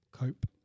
cope